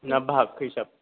ना बाहाग हिसाब